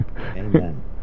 Amen